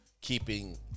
keeping